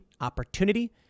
opportunity